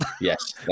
Yes